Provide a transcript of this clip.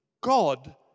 God